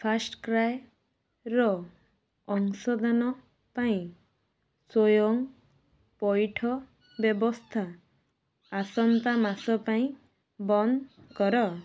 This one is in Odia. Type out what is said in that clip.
ଫାର୍ଷ୍ଟ୍କ୍ରାଏର ଅଂଶଦାନ ପାଇଁ ସ୍ଵୟଂ ପଇଠ ବ୍ୟବସ୍ଥା ଆସନ୍ତା ମାସ ପାଇଁ ବନ୍ଦ କର